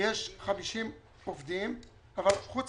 יש 50 עובדים, אבל חוץ